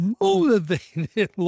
motivated